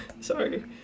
Sorry